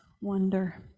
wonder